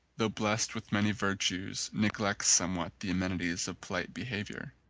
though blest with many virtues, neglects somewhat the amenities of polite behaviour.